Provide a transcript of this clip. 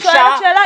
אני שואלת שאלה.